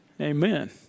Amen